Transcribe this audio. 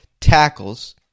tackles